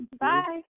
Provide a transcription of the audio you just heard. Bye